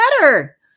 better